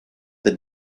the